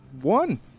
One